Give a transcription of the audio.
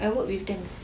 I work with them